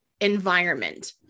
environment